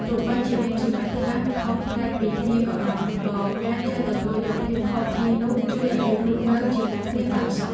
ទោះបីជាមានចំណុចខ្លះខុសប្លែកពីគ្នាក៏ដោយក៏ការចេះទទួលយកភាពខុសគ្នានោះជួយឱ្យយើងរស់នៅជាមួយគ្នាបានសុខ។